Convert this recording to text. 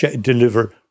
deliver